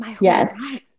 Yes